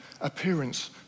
appearance